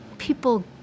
People